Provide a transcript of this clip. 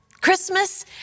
Christmas